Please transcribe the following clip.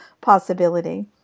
possibility